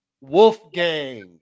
Wolfgang